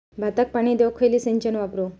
भाताक पाणी देऊक खयली सिंचन वापरू?